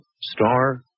Star